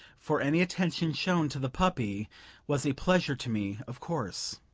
for any attention shown to the puppy was a pleasure to me, of course.